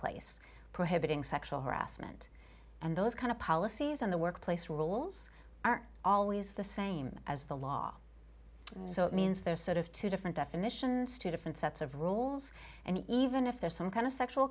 place prohibiting sexual harassment and those kind of policies in the workplace rules are always the same as the law so it means there's sort of two different definitions two different sets of rules and even if there's some kind of sexual